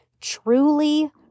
truly